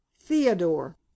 theodore